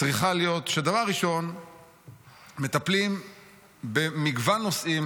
צריכה להיות שדבר ראשון מטפלים במגוון נושאים,